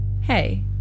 Hey